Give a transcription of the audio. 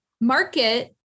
market